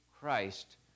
Christ